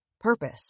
purpose